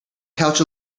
couch